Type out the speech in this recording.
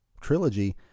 trilogy